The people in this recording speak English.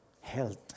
health